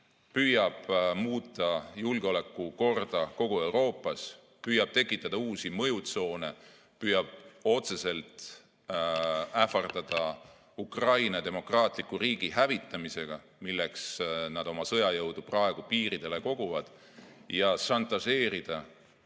püüab muuta julgeolekukorda kogu Euroopas, püüab tekitada uusi mõjutsoone, püüab otseselt ähvardada Ukraina demokraatliku riigi hävitamisega, milleks nad oma sõjajõudu praegu piiridele koguvad, ja šantažeerida